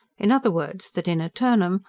in other words, that, in a turnham,